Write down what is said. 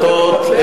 ההחלטות,